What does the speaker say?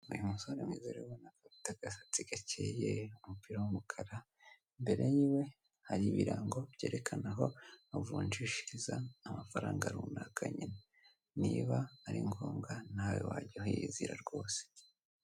Uyu musore mwiza rero urabona ko afite agasatsi gakeya, umupira wumukara imbere yiwe hari ibirango byerekana aho avunjishiriza amafaranga runaka nyine, niba ari ngombwa nawe wajya wiyizra rwose.